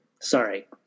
Sorry